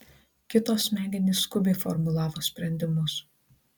kito smegenys skubiai formulavo sprendimus